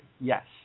yes